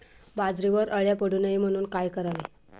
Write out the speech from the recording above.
बाजरीवर अळ्या पडू नये म्हणून काय करावे?